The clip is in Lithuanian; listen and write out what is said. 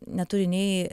neturi nei